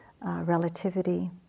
relativity